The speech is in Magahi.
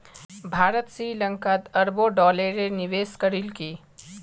भारत श्री लंकात अरबों डॉलरेर निवेश करील की